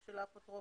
של האפוטרופוס.